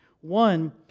One